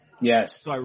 Yes